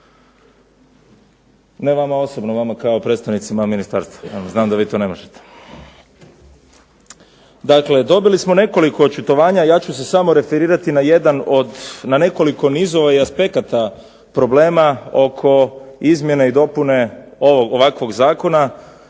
Ne vama osobno, vama kao predstavnicima ministarstva. Znam da vi to ne možete. Dakle dobili smo nekoliko očitovanja, ja ću se samo referirati na jedan od, na nekoliko nizova i aspekata problema oko izmjene i dopune ovakvog zakona